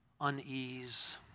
unease